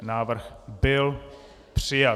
Návrh byl přijat.